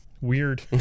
weird